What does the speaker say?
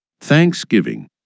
Thanksgiving